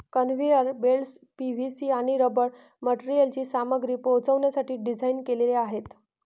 conveyor belts PVC आणि rubber मटेरियलची सामग्री पोहोचवण्यासाठी डिझाइन केलेले आहेत